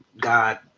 God